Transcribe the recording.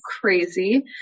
crazy